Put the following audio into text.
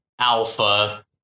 alpha